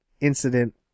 incident